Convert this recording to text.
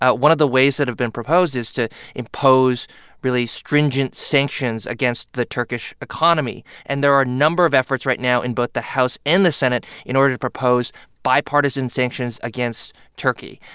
ah one of the ways that have been proposed is to impose really stringent sanctions against the turkish economy. and there are a number of efforts right now in both the house and the senate in order to propose bipartisan sanctions against turkey.